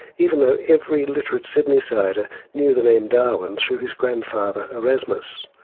even though every literate sydneysider knew the name darwin through his grandfather erasmus.